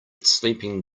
sleeping